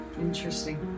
Interesting